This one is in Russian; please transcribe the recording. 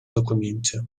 документе